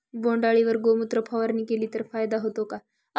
बोंडअळीवर गोमूत्र फवारणी केली तर फायदा होतो का?